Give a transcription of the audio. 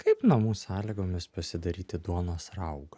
kaip namų sąlygomis pasidaryti duonos raugą